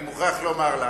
אני מוכרח לומר לך: